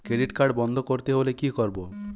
Credit card বন্ধ করতে হলে কি করব?